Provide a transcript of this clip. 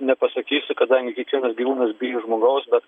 nepasakysiu kadangi kiekvienas gyvūnas bijo žmogaus bet